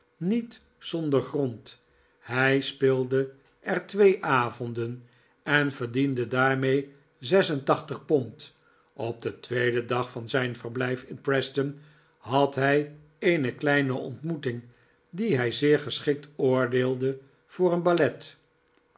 niet zonder grond hij speelde er twee avonden en verdiende daarmede zes en tachtig pond op den tweeden dag van zijn verblijfin preston had hij eene kleine ontmoeting die hij zeer geschikt oordeelde voor een ballet